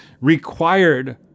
required